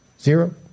zero